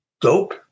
dope